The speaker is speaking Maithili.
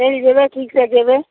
चलि जेबै की से जेबै